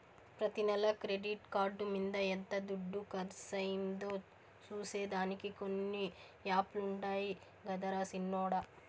ప్రతి నెల credit card మింద ఎంత దుడ్డు కర్సయిందో సూసే దానికి కొన్ని యాపులుండాయి గదరా సిన్నోడ